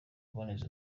kuboneza